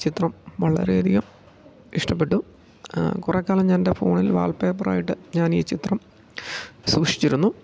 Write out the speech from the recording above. ഈ ചിത്രം വളരെ അധികം ഇഷ്ടപ്പെട്ടു കുറെലം ഞാൻ എൻ്റെ ഫോണിൽ വാൾ പേപ്പറായിട്ട് ഞാൻ ഈ ചിത്രം സൂക്ഷിച്ചിരുന്നു